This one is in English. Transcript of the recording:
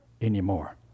anymore